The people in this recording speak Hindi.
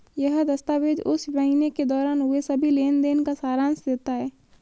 यह दस्तावेज़ उस महीने के दौरान हुए सभी लेन देन का सारांश देता है